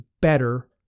better